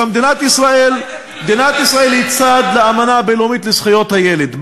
מדינת ישראל היא צד לאמנה הבין-לאומית לזכויות הילד,